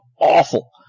awful